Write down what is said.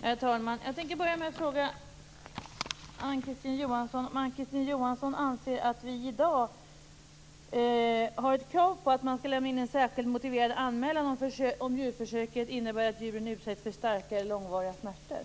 Herr talman! Jag tänker börja med att fråga Ann Kristine Johansson om hon anser att det i dag finns krav på att man skall lämna in en särskild motiverad anmälan, om djurförsöket innebär att djuren utsätts för starka eller långvariga smärtor.